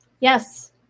Yes